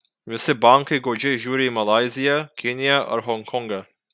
visi bankai godžiai žiūri į malaiziją kiniją ar honkongą